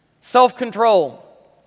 self-control